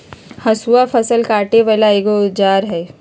हसुआ फ़सल काटे बला एगो औजार हई